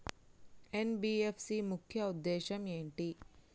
NBFC ముఖ్య ఉద్దేశం ఏంటి?